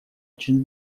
очень